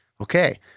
Okay